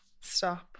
stop